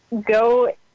go